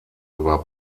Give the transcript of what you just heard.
über